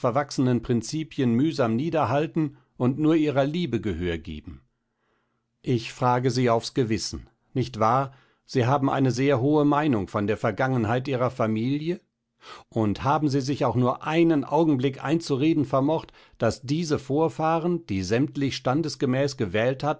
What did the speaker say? festverwachsenen prinzipien mühsam niederhalten und nur ihrer liebe gehör geben ich frage sie aufs gewissen nicht wahr sie haben eine sehr hohe meinung von der vergangenheit ihrer familie und haben sie sich auch nur einen augenblick einzureden vermocht daß diese vorfahren die sämtlich standesgemäß gewählt hatten